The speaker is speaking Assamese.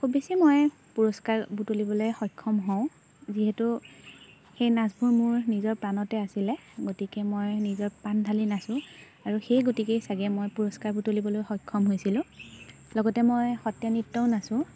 খুব বেছি মই পুৰস্কাৰ বুটলিবলৈ সক্ষম হওঁ যিহেতু সেই নাচবোৰ মোৰ নিজৰ প্ৰাণতে আছিলে গতিকে মই নিজৰ প্ৰাণ ঢালি নাচোঁ আৰু সেই গতিকেই চাগে মই পুৰস্কাৰ বুটলিবলৈ সক্ষম হৈছিলোঁ লগতে মই সত্ৰীয়া নৃত্যও নাচোঁ